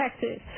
Texas